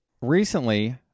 recently